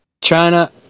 China